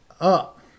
up